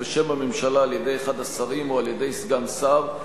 בשם הממשלה על-ידי אחד השרים או על-ידי סגן שר,